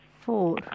four